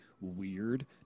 weird